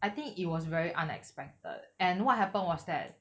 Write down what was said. I think it was very unexpected and what happened was that